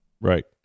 Right